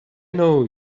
know